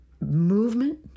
movement